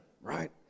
right